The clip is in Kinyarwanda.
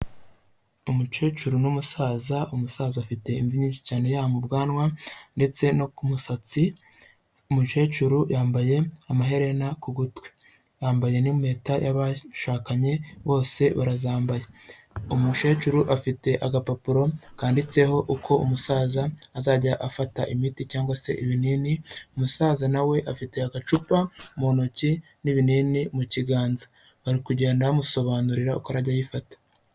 Umukecuru n'umusaza umusaza afite imvi nyinshi cyane yaba mu bwanwa ndetse no ku musatsi, umukecuru yambaye amaherena ku gutwi, yambaye n'impeta y'abashakanye bose barazambaye, umukecuru afite agapapuro kanditseho uko umusaza azajya afata imiti cyangwa se ibinini, umusaza nawe afite agacupa mu ntoki n'ibinini mu kiganza, bari kugenda bamusobanurira uko arajya ayifata.